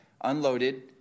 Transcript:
unloaded